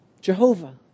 Jehovah